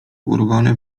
urwane